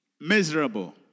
miserable